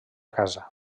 casa